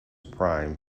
prime